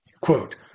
Quote